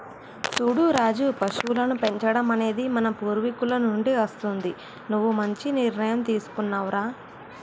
సూడు రాజు పశువులను పెంచడం అనేది మన పూర్వీకుల నుండి అస్తుంది నువ్వు మంచి నిర్ణయం తీసుకున్నావ్ రా